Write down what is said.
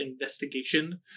investigation